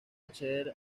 acceder